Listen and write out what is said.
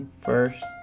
first